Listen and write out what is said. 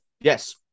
Yes